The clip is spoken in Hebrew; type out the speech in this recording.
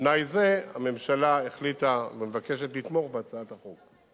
תנאי זה, הממשלה החליטה ומבקשת לתמוך בהצעת החוק.